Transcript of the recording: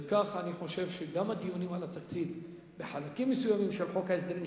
וכך אני חושב שגם הדיון על התקציב בחלקים מסוימים של חוק ההסדרים,